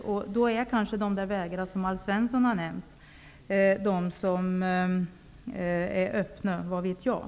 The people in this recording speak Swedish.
Mot den bakgrunden är det kanske de vägar som Alf Svensson har nämnt som är öppna -- vad vet jag?